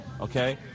okay